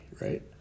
right